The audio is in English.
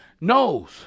knows